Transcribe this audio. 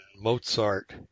Mozart